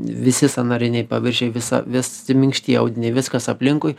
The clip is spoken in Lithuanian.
visi sąnariniai paviršiai visa visi minkštieji audiniai viskas aplinkui